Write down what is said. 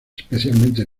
especialmente